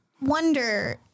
wonder